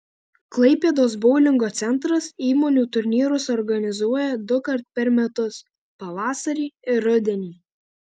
klaipėdos boulingo centras įmonių turnyrus organizuoja dukart per metus pavasarį ir rudenį